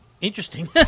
Interesting